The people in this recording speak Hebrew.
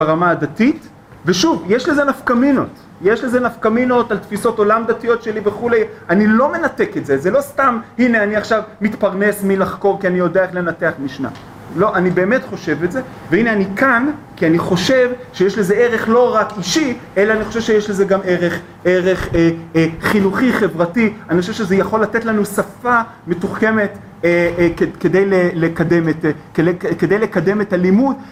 ברמה הדתית ושוב יש לזה נפקא מינות, יש לזה נפקא מינות על תפיסות עולם דתיות שלי וכולי, אני לא מנתק את זה, זה לא סתם הנה אני עכשיו מתפרנס מלחקור כי אני יודע איך לנתח מישנה, לא אני באמת חושב את זה והנה אני כאן כי אני חושב שיש לזה ערך לא רק אישי אלא אני חושב שיש לזה גם ערך חינוכי, חברתי, אני חושב שזה יכול לתת לנו שפה מתוחכמת כדי לקדם את הלימוד